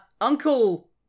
Uncle